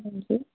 ਹਾਂਜੀ